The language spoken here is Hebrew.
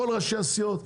כל ראשי הסיעות,